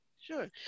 Sure